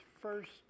first